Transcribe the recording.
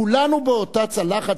כולנו באותה צלחת.